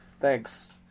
Thanks